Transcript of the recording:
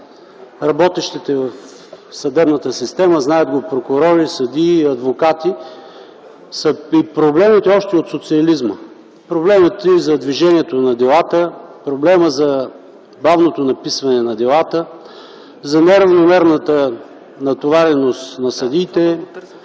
работещите в съдебната система, знаят го прокурори, съдии и адвокати. Това са проблеми още от социализма - за движението на делата, за бавното написване на делата, за неравномерната натовареност на съдиите,